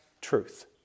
truth